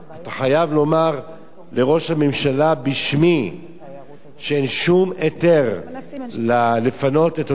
אתה חייב לומר לראש הממשלה בשמי שאין שום היתר לפנות את אותם